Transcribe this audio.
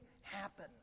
happen